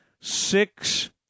six